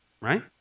right